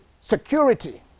security